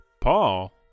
Paul